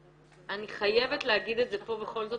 אני חייבת להגיד את זה פה בכל זאת